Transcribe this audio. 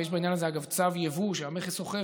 ויש בעניין הזה צו יבוא שהמכס אוכף,